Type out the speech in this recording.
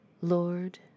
Lord